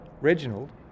Reginald